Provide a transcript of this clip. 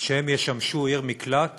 שהם ישמשו עיר מקלט